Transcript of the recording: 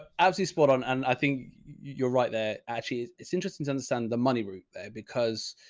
it, ah, as he's spot on. and i think you're right there actually, it's interesting to understand the money route there because,